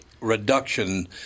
reduction